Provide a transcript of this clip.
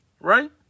Right